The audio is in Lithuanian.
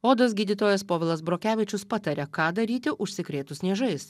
odos gydytojas povilas brokevičius pataria ką daryti užsikrėtus niežais